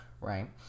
right